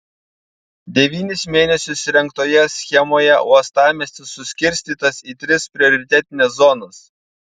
devynis mėnesius rengtoje schemoje uostamiestis suskirstytas į tris prioritetines zonas